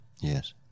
Yes